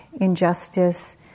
injustice